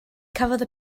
cafodd